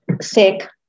sick